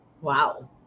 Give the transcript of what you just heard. wow